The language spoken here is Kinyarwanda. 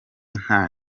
nta